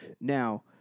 Now